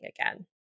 again